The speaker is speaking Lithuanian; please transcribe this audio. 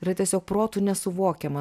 yra tiesiog protu nesuvokiama